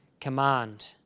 command